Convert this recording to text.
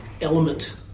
element